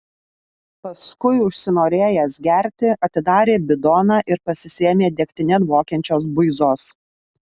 paskui užsinorėjęs gerti atidarė bidoną ir pasisėmė degtine dvokiančios buizos